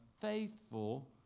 faithful